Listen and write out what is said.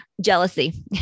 Jealousy